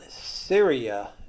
Syria